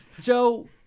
Joe